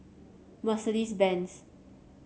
Mercedes Benz